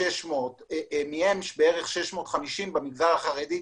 מהם בערך 650 במגזר החרדי.